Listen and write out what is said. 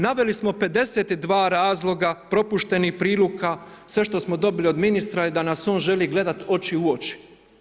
Naveli smo 52 razloga propuštenih prilika, sve što smo dobili od ministra je da nas on želi gledati oči u oči.